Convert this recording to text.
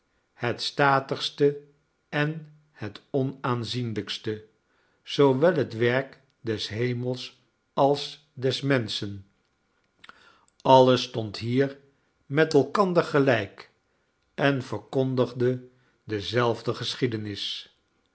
het statigste en het onaanzienlykste zoowel het werk des hemels als des menschen alles stond hier met elkander gelijk en verkondigde dezelfde geschiedenis